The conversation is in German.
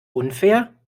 unfair